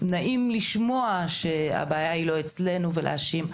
נעים לשמוע שהבעיה היא לא אצלנו ולהאשים.